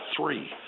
three